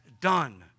done